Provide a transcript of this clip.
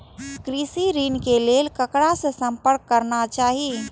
कृषि ऋण के लेल ककरा से संपर्क करना चाही?